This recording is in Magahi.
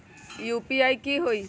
यू.पी.आई की होई?